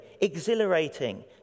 exhilarating